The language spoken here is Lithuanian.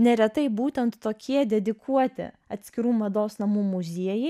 neretai būtent tokie dedikuoti atskirų mados namų muziejai